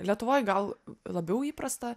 lietuvoj gal labiau įprasta